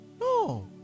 no